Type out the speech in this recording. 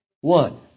one